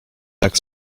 tak